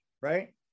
Right